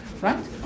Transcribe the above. right